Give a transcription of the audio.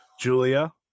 Julia